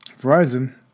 Verizon